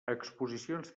exposicions